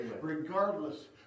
Regardless